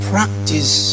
Practice